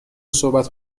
صحبت